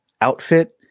outfit